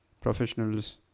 professionals